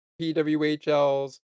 PWHL's